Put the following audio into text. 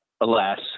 alas